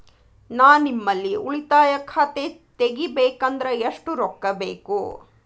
ನಾ ನಿಮ್ಮಲ್ಲಿ ಉಳಿತಾಯ ಖಾತೆ ತೆಗಿಬೇಕಂದ್ರ ಎಷ್ಟು ರೊಕ್ಕ ಬೇಕು?